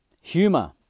Humor